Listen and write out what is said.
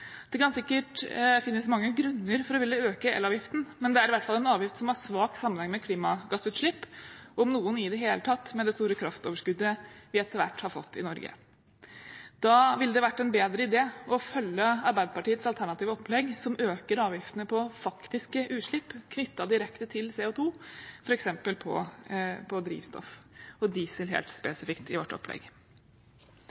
Det kan sikkert finnes mange grunner for å ville øke elavgiften, men det er i hvert fall en avgift som har svak sammenheng med klimagassutslipp – om noen i det hele tatt, med det store kraftoverskuddet vi etter hvert har fått i Norge. Da ville det vært en bedre idé å følge Arbeiderpartiets alternative opplegg, som øker avgiftene på faktisk utslipp knyttet direkte til CO2, f.eks. på drivstoff – på diesel, helt spesifikt, i vårt opplegg.